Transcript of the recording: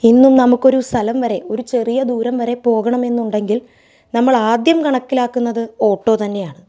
ഇന്നും നമുക്കൊരു സ്ഥലം വരെ ഒരു ചെറിയ ദൂരം വരെ പോകണമെന്നുണ്ടെങ്കിൽ നമ്മളാദ്യം കണക്കിലാക്കുന്നത് ഓട്ടോ തന്നെയാണ്